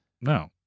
no